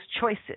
choices